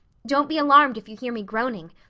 don't be alarmed if you hear me groaning.